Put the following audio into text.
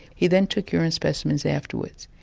he then took urine specimens afterwards.